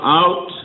out